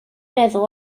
meddwl